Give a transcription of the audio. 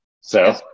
So-